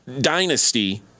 dynasty